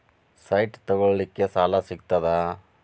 Site ತಗೋಳಿಕ್ಕೆ ಸಾಲಾ ಸಿಗ್ತದಾ?